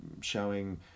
showing